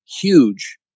huge